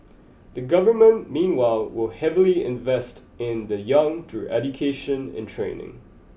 the government meanwhile will heavily invest in the young through education and training